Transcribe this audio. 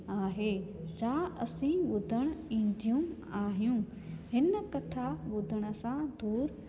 आहे जा असीं ॿुधण ईंदियूं आहियूं हिन कथा ॿुधण सां दुरि